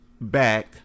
back